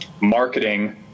marketing